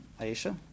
Aisha